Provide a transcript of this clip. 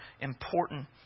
important